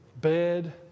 Bed